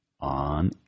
on